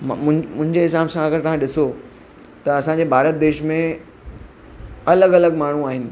मुंहिंजे हिसाब सां अगरि तव्हां ॾिसो त असांजे भारत देश में अलॻि अलॻि माण्हू आहिनि